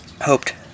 hoped